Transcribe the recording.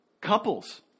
Couples